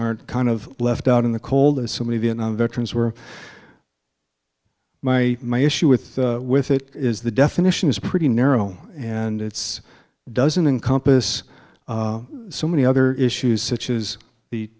aren't kind of left out in the cold as so many vietnam veterans were my my issue with with it is the definition is pretty narrow and it's doesn't encompass so many other issues such as the